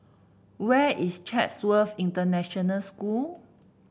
where is Chatsworth International School